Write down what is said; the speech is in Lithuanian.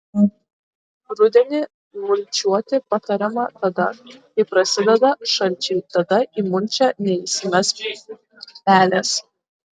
rudenį mulčiuoti patariama tada kai prasideda šalčiai tada į mulčią neįsimes pelės